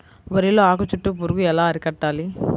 వరిలో ఆకు చుట్టూ పురుగు ఎలా అరికట్టాలి?